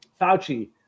Fauci